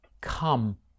Come